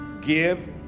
give